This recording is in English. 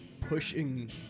pushing